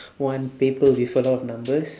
one paper with a lot of numbers